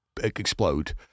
explode